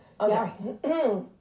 Okay